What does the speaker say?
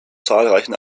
zahlreichen